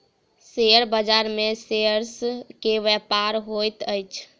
share बाजार में shares के व्यापार होइत अछि